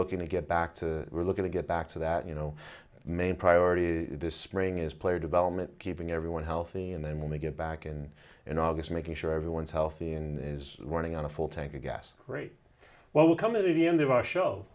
looking to get back to we're looking to get back to that you know main priority this spring is player development keeping everyone healthy and then we get back in in august making sure everyone is healthy and is running on a full tank of gas great well we're coming to the end of our show